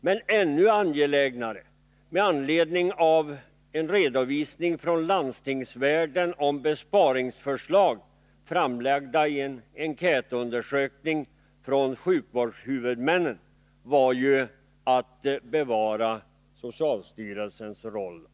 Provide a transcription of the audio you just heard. Men ännu angelägnare med anledning av redovisningen från landstingsvärlden om besparingsförslag, framtagna i enkätsvar från sjukvårdshuvudmännen, var ju att bevara socialstyrelsens roll.